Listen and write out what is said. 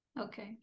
Okay